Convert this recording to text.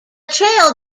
trail